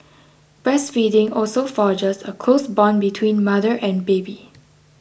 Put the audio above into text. breastfeeding also forges a close bond between mother and baby